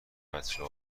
بچه